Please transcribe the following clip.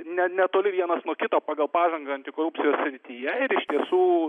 ne netoli vienas nuo kito pagal pažangą antikorupcijos srityje ir iš tiesų